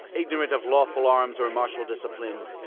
ignorant of lawful arms or martial discipline!